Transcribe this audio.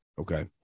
Okay